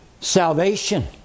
salvation